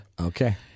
Okay